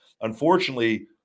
Unfortunately